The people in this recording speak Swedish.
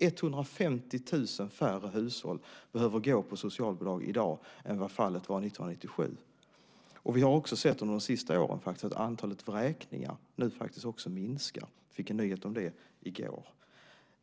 150 000 färre hushåll behöver gå på socialbidrag i dag än 1997. Vi har också sett under de senaste åren att antalet vräkningar nu minskar. Jag fick uppgift om det i går.